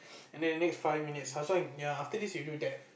and then the next five minutes Hasan ya after this you do that